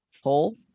Hole